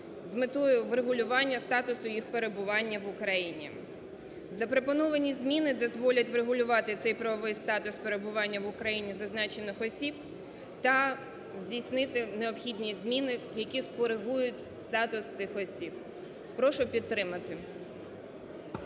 з метою врегулювання статусу їх перебування в Україні. Запропоновані зміни дозволять врегулювати цей правовий статус перебування в Україні зазначених осіб та здійснити необхідні зміни, які скоригують статус цих осіб. Прошу підтримати.